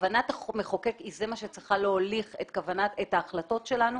וכוונת המחוקק היא זו שצריכה להוליך את ההחלטות שלנו